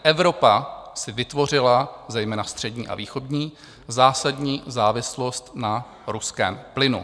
Evropa si vytvořila, zejména střední a východní, zásadní závislost na ruském plynu.